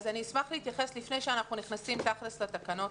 אשמח להתייחס לפני שאנחנו נכנסים תכלס לתקנות.